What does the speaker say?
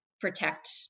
protect